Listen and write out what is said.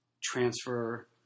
transfer